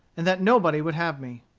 and that nobody would have me.